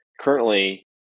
currently